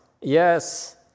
Yes